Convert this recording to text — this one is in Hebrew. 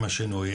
עם השינוי,